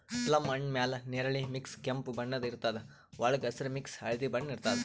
plum ಹಣ್ಣ್ ಮ್ಯಾಲ್ ನೆರಳಿ ಮಿಕ್ಸ್ ಕೆಂಪ್ ಬಣ್ಣದ್ ಇರ್ತದ್ ವಳ್ಗ್ ಹಸ್ರ್ ಮಿಕ್ಸ್ ಹಳ್ದಿ ಬಣ್ಣ ಇರ್ತದ್